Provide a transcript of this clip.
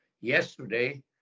Yesterday